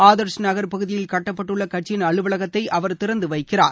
ஆதர்ஷ் நகர் பகுதியில் கட்டப்பட்டுள்ள கட்சியின் அலுவலகத்தை அவர் திறந்து வைக்கிறார்